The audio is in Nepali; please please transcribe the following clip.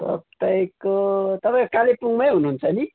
तपाईँको तपाईँ कालिम्पोङमै हुनुहुन्छ नि